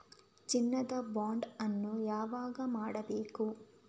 ಚಿನ್ನ ದ ಬಾಂಡ್ ಅನ್ನು ಯಾವಾಗ ಮಾಡಬೇಕು?